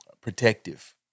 protective